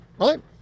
right